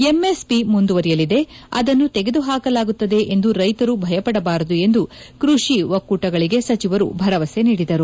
MSP ಮುಂದುವರೆಯಲಿದೆ ಅದನ್ನು ತೆಗೆದುಹಾಕಲಾಗುತ್ತದೆ ಎಂದು ರೈತರು ಭಯಪದಬಾರದು ಎಂದು ಕೃಷಿ ಒಕ್ಕೂ ಟಗಳಿಗೆ ಸಚಿವರು ಭರವಸೆ ನೀಡಿದರು